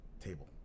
table